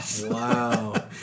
Wow